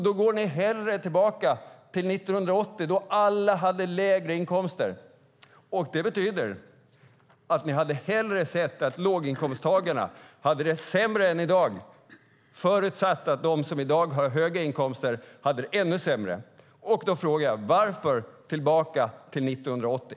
Ni går hellre tillbaka till 1980 då alla hade lägre inkomster. Ni ser hellre att låginkomsttagarna har det sämre än i dag förutsatt att de som i dag har höga inkomster har det ännu sämre. Varför gå tillbaka till 1980?